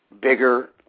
bigger